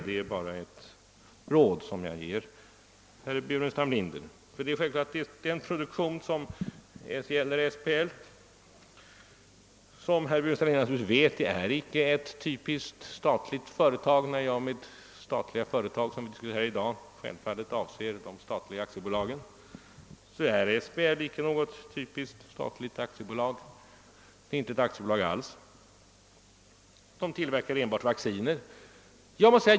Det är bara ett råd jag ger honom. Herr Burenstam Linder vet mycket väl att SBL icke är ett typiskt statligt företag, om vi såsom i denna debatt med statliga företag avser de statliga aktiebolagen. SBL är icke något typiskt statligt aktiebolag — det är inte något aktiebolag alls. SBL tillverkar enbart vacciner.